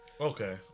Okay